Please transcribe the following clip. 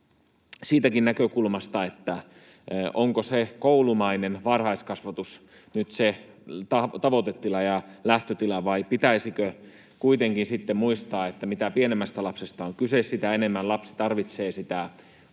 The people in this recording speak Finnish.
siitäkin näkökulmasta, että onko se koulumainen varhaiskasvatus nyt se tavoitetila ja lähtötila, vai pitäisikö kuitenkin sitten muistaa, että mitä pienemmästä lapsesta on kyse, sitä enemmän lapsi tarvitsee